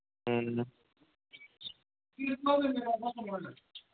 ꯎꯝ